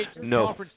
No